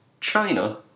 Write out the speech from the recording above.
China